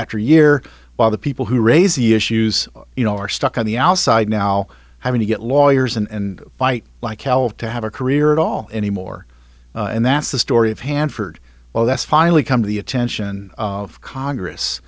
after year while the people who raise the issues you know are stuck on the outside now having to get lawyers and fight like hell to have a career at all anymore and that's the story of hanford well that's finally come to the attention of congress